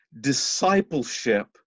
discipleship